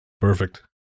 Perfect